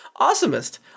awesomest